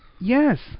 Yes